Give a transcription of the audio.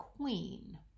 queen